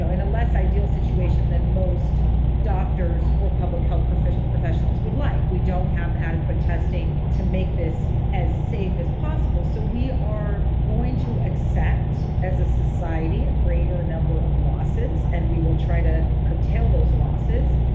so in a less ideal situation than most doctors or public health professionals would like. we don't have adequate testing to make this as safe as possible. so we are going to accept as a society a greater number of losses and we will try to curtail those losses.